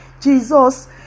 Jesus